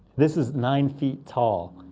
this is nine feet tall,